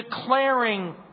declaring